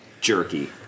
jerky